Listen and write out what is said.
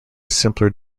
simpler